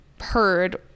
heard